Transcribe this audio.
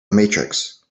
matrix